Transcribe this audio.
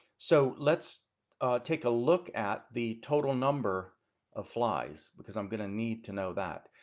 so let's take a look at the total number of flies because i'm gonna need to know that.